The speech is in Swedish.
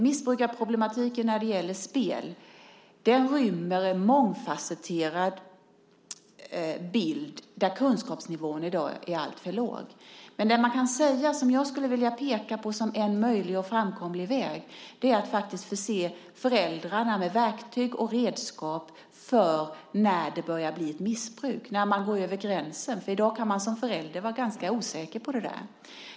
Missbruksproblematiken när det gäller spel rymmer en mångfasetterad bild där kunskapsnivån i dag är alltför låg. Men jag skulle vilja peka på en möjlig och framkomlig väg, nämligen att förse föräldrarna med verktyg och redskap för att veta när det hela börjar bli ett missbruk och när man går över gränsen. I dag kan man som förälder vara ganska osäker på det.